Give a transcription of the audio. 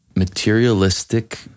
materialistic